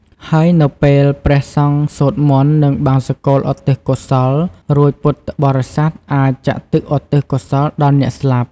ហើយនៅពេលព្រះសង្ឃសូត្រមន្ត និងបង្សុកូលឧទ្ទិសកុសល រួចពុទ្ធបរិស័ទអាចចាក់ទឹកឧទ្ទិសកុសលដល់អ្នកស្លាប់។